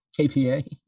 KPA